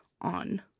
on